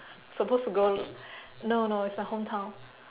supposed to go no no it's my hometown